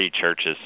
churches